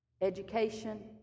education